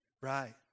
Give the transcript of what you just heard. Right